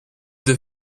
deux